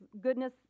goodness